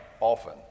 often